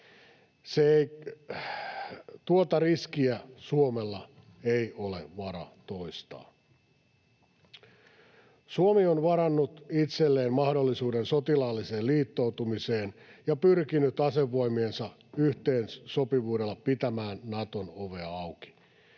Tuota riskiä Suomella ei ole varaa toistaa. Suomi on varannut itselleen mahdollisuuden sotilaalliseen liittoutumiseen ja pyrkinyt asevoimiensa yhteensopivuudella pitämään Naton ovea auki.